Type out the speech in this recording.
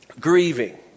Grieving